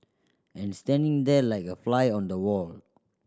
and standing there like a fly on the wall